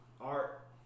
art